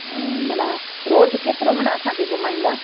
ऐं मन रोज़ु केतिरो मन असांखे घुमाईंदा